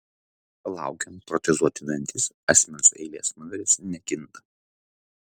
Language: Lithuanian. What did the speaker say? laukiant protezuoti dantis asmens eilės numeris nekinta